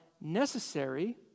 necessary